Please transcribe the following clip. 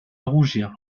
rougir